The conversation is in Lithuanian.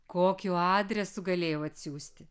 kokiu adresu galėjau atsiųsti